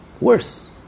worse